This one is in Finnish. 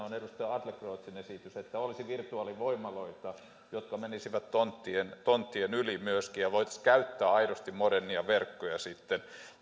on edustaja adlercreutzin esitys että olisi virtuaalivoimaloita jotka menisivät tonttien tonttien yli myöskin ja voitaisiin käyttää aidosti moderneja verkkoja sitten